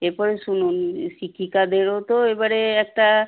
এর পরে শুনুন শিক্ষিকাদেরও তো এবারে একটা